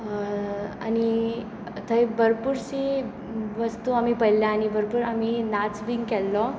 आनी थंय भरपूरशी वस्तू आमी पळयला आनी भरपूर आमी नाच बी केल्लो